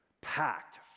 packed